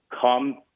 come